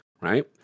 right